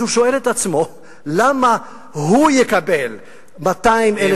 אז הוא שואל את עצמו למה הוא יקבל 200,000 שקל בחודש,